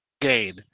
gain